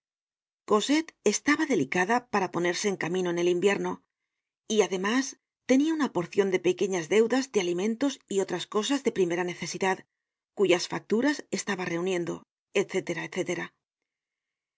cosette estaba delicada para ponerse en camino en el invierno y además tenia una porcion de pequeñas deudas de alimentos y otras cosas de primera necesidad cuyas facturas estaba reuniendo